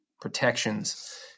protections